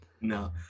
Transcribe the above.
No